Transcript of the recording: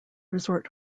resort